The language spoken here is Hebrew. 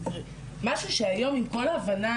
משהו שהיום עם כל ההבנה,